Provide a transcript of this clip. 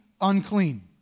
unclean